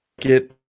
get